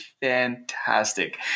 fantastic